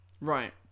Right